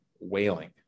wailing